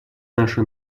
наше